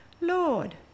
Lord